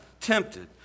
tempted